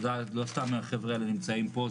לא סתם החברה האלה נמצאים פה,